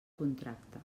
contracte